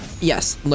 Yes